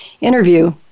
interview